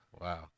Wow